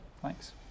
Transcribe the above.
thanks